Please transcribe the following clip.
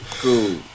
Cool